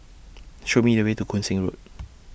Show Me The Way to Koon Seng Road